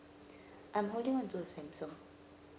I'm holding on to a samsung